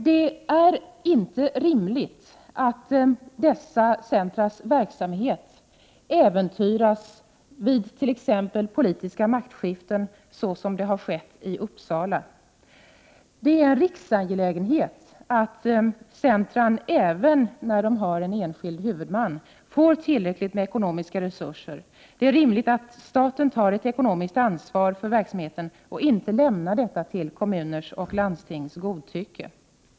Det är inte rimligt att dessa centras verksamhet äventyras vid t.ex. politiska maktskiften, så som har skett i Uppsala. Det är en riksangelägenhet att centrumen, även när de har en enskild huvudman, får tillräckliga ekonomiska resurser. Det är rimligt att staten tar ett ekonomiskt ansvar för verksamheten och inte lämnar detta till kommuners och landstings godtycke.